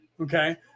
Okay